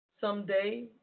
someday